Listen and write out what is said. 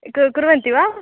क् कुर्वन्ति वा